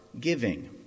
giving